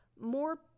more